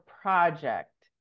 project